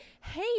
hey